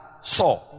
saw